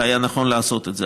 והיה נכון לעשות את זה.